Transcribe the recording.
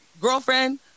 girlfriend